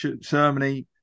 ceremony